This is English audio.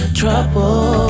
trouble